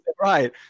Right